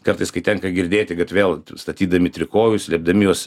kartais kai tenka girdėti kad vėl statydami trikojus slėpdami juos